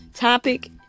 topic